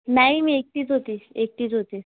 नाही मी एकटीच होती एकटीच होती